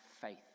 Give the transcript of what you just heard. faith